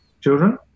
children